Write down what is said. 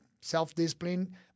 self-discipline